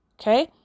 Okay